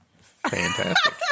Fantastic